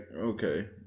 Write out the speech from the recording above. okay